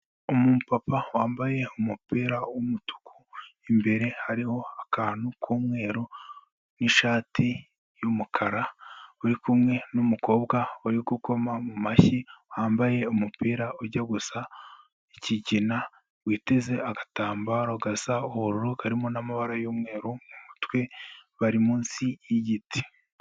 Umu papa wambaye umupira w'umutuku, imbere hariho akantu k'umweru, n'ishati y'umukara, uri kumwe n'umukobwa uri gukoma mu mashyi, wambaye umupira ujya gusa ikigina, witeze agatambaro gasa ubururu, karimo n'amabara y'umweru mu mutwe, bari munsi y'igiti.